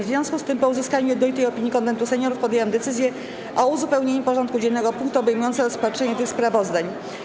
W związku z tym, po uzyskaniu jednolitej opinii Konwentu Seniorów, podjęłam decyzję o uzupełnieniu porządku dziennego o punkty obejmujące rozpatrzenie tych sprawozdań.